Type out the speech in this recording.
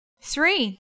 Three